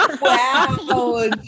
Wow